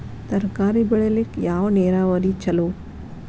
ತರಕಾರಿ ಬೆಳಿಲಿಕ್ಕ ಯಾವ ನೇರಾವರಿ ಛಲೋ?